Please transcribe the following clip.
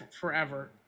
forever